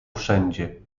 wszędzie